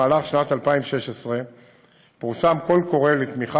במהלך שנת 2016 פורסם קול קורא לתמיכה